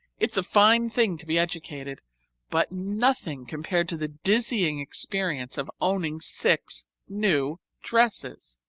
it's a fine thing to be educated but nothing compared to the dizzying experience of owning six new dresses.